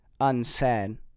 unsaid